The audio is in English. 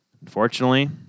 unfortunately